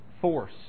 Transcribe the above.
force